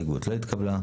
ההסתייגות לא התקבלה.